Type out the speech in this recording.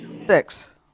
Six